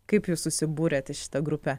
kaip jūs susibūrėt į šitą grupę